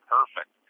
Perfect